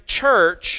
church